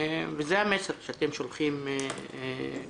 זה המסר שאתם שולחים לציבור.